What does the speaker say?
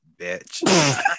bitch